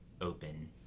open